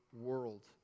world